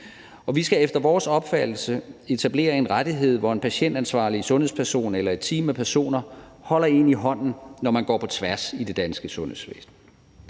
Vi skal efter vores opfattelse etablere en rettighed, hvor en patientansvarlig sundhedsperson eller et team af personer holder en i hånden, når man går på tværs af afdelinger eller